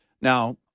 Now